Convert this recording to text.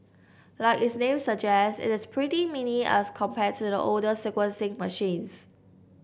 like its name suggests it is pretty mini as compared to the older sequencing machines